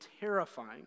terrifying